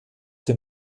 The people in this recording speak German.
den